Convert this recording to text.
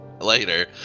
later